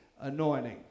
anointing